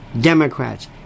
Democrats